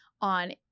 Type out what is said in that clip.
on